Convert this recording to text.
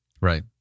Right